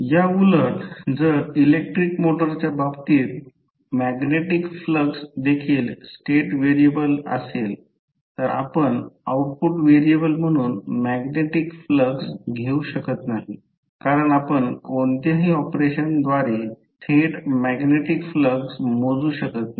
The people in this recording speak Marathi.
याउलट जर इलेक्ट्रिक मोटरच्या बाबतीत मॅग्नेटिक फ्लक्स देखील स्टेट व्हेरिएबल असेल तर आपण आउटपुट व्हेरिएबल म्हणून मॅग्नेटिक फ्लक्स घेऊ शकत नाही कारण आपण कोणत्याही ऑपरेशनद्वारे थेट मॅग्नेटिक फ्लक्स मोजू शकत नाही